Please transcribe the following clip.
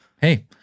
Hey